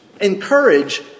Encourage